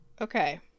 Okay